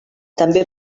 també